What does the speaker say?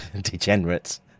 degenerates